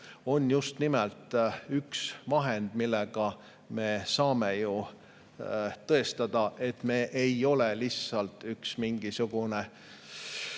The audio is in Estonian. on just nimelt üks vahend, millega me saame tõestada, et me ei ole lihtsalt üks mingisugune